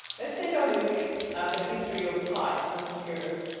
let's take a look at the history of pi and the computers.